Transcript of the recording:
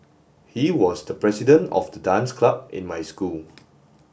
he was the president of the dance club in my school